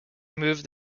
moved